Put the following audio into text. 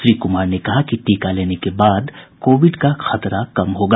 श्री कुमार ने कहा कि टीका लेने के बाद कोविड का खतरा कम होगा